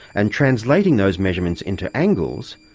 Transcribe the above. and translating those measurements into angles,